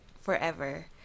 forever